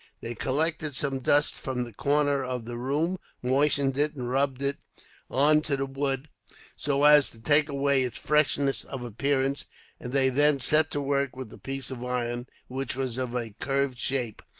they collected some dust from the corner of the room, moistened it, and rubbed it on to the wood so as to take away its freshness of appearance and they then set to work with the piece of iron, which was of a curved shape,